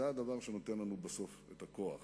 זה הדבר שנותן לנו בסוף את הכוח